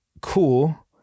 cool